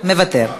מוותר.